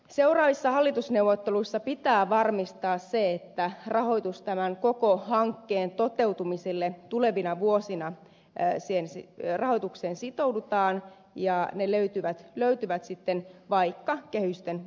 seuraavissa hallitusneuvotteluissa pitää varmistaa se että tämän koko hankkeen toteutumisen rahoitukseen sitoudutaan tulevina vuosina pääsi ensi yö rahoitukseen sitoudutaan ja ne löytyvät sitten vaikka kehysten ulkopuolelta